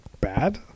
bad